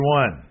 one